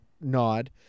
nod